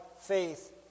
faith